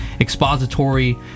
expository